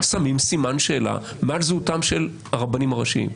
אז שמים סימן שאלה מעל זהותם של הרבנים הראשיים.